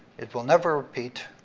it will never repeat,